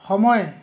সময়